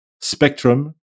spectrum